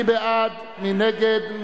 לחלופי חלופי חלופין, מי בעד?